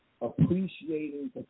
appreciating